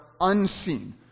unseen